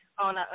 on